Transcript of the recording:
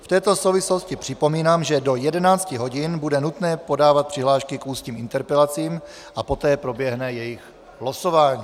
V této souvislosti připomínám, že do 11 hodin bude nutné podávat přihlášky k ústním interpelacím a poté proběhne jejich losování.